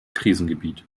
krisengebiet